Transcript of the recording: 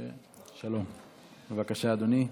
בבקשה, אדוני.